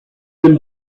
une